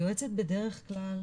היועצת בדרך כלל,